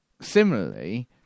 similarly